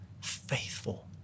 faithful